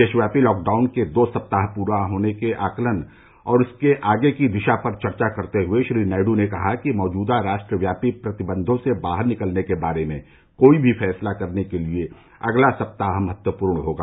देशव्यापी लॉकडाउन के दो सप्ताह पूरे होने के आकलन और इसके आगे की दिशा पर चर्चा करते हुए श्री नायड् ने कहा कि मौजूदा राष्ट्रव्यापी प्रतिबंधों से बाहर निकलने के बारे में कोई भी फैसला करने के लिए अगला सप्ताह महत्वपूर्ण होगा